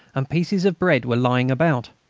and pieces of bread were lying about.